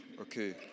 okay